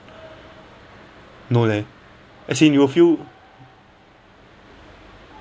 no leh as in you'll feel